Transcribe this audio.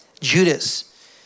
Judas